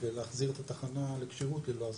כדי להחזיר את התחנה לכשירות ללא אסבסט.